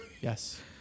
Yes